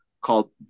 called